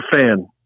fan